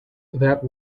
that